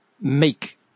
make